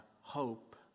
hope